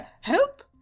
help